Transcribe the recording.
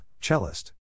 Cellist